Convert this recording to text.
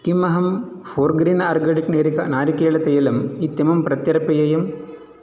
किम् अहं Forgreen organic नारिकेलतैलम् इत्यमुं प्रत्यर्पयेयम्